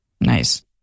Nice